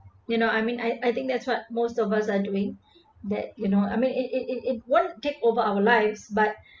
you know I mean I I think that's what most of us are doing that you know I mean it it it it won't take over our lives but